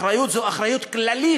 אחריות זו אחריות כללית,